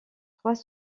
trois